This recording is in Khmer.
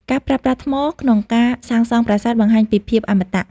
ការប្រើប្រាស់ថ្ម ក្នុងការសាងសង់ប្រាសាទបង្ហាញពីភាពអមតៈ។